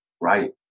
Right